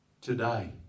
today